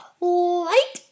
light